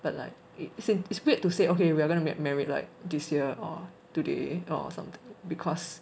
but like as in it's weird to say okay we're going to get married like this year or today or something because